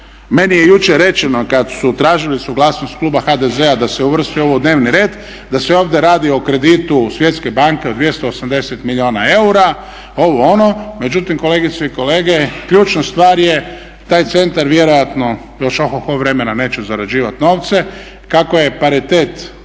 Meni je jučer rečeno kada su tražili suglasnost kluba HDZ-a da se uvrsti ovo u dnevni red, da se ovdje radi o kreditu Svjetske banke od 280 milijuna eura. Međutim, kolegice i kolege, ključna stvar je, taj centar vjerojatno još ohoho vremena neće zarađivati novce. Kako je paritet